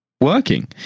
working